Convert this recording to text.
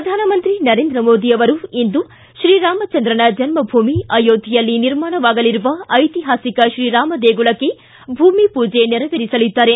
ಪ್ರಧಾನಮಂತ್ರಿ ನರೇಂದ್ರ ಮೋದಿ ಅವರು ಇಂದು ಶ್ರೀರಾಮಚಂದ್ರನ ಜನ್ನಭೂಮಿ ಅಯೋಧ್ಯೆಯಲ್ಲಿ ನಿರ್ಮಾಣವಾಗಲಿರುವ ಐತಿಹಾಸಿಕ ಶ್ರೀರಾಮ ದೇಗುಲಕ್ಕೆ ಭೂಮಿಪೂಜೆ ನೆರವೇರಿಸಲಿದ್ದಾರೆ